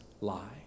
lie